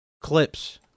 clips